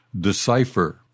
decipher